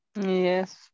Yes